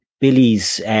Billy's